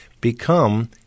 become